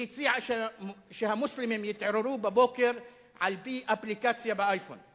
היא הציעה שהמוסלמים יתעוררו בבוקר על-פי אפליקציה באייפון.